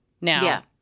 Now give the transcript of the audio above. Now